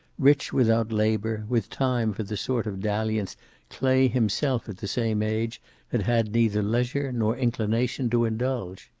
rich without labor, with time for the sort of dalliance clay himself at the same age had had neither leisure nor inclination to indulge.